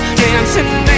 dancing